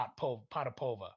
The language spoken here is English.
Potapova